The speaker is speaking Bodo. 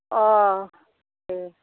अह दे